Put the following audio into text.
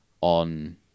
on